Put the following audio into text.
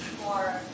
more